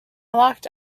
locked